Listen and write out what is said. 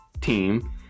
Team